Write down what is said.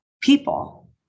people